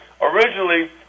originally